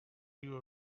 you